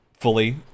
Fully